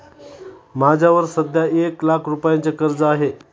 माझ्यावर सध्या एक लाख रुपयांचे कर्ज आहे